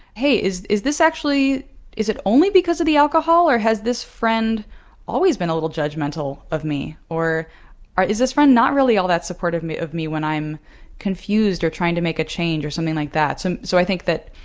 hey, is is this actually is it only because of the alcohol, or has this friend always been a little judgmental of me? or or is this friend not really all that supportive of me when i'm confused or trying to make a change or something like that? so so i think that,